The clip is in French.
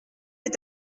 est